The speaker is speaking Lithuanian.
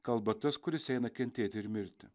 kalba tas kuris eina kentėti ir mirti